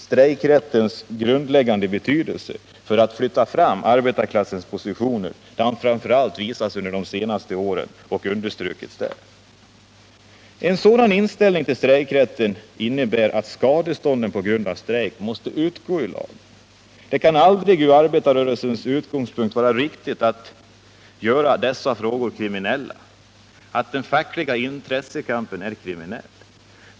Strejkrättens grundläggande betydelse för att flytta fram arbetarklassens positioner har framför allt under de senaste åren ytterligare understrukits. En sådan inställning till strejkrätten innebär att skadestånden på grund av strejk måste utgå ur lagen. Det kan aldrig från arbetarrörelsens utgångspunkt vara riktigt att göra den fackliga intressekampen kriminell.